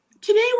today